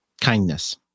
Kindness